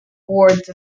boards